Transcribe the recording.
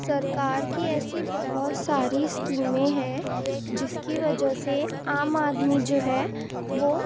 سرکار کی ایسی بہت ساری اسکیمیں ہیں جس کی وجہ سے عام آدمی جو ہے وہ